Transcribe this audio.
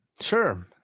sure